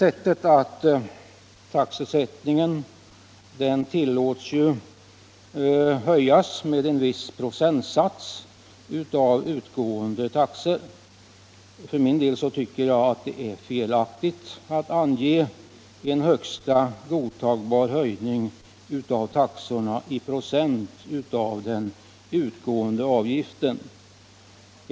Höjning av taxorna tillåts med en viss procent av utgående taxor. För min del tycker jag att det är felaktigt att ange en högsta godtagbar höjning av taxorna i procent av den utgående avgiften.